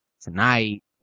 tonight